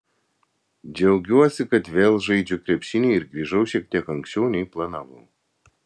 džiaugiuosi kad vėl žaidžiu krepšinį ir grįžau šiek tiek anksčiau nei planavau